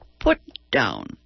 put-down